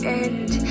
end